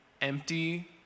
empty